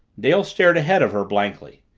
dale stared ahead of her blankly.